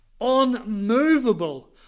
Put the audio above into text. unmovable